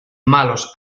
malos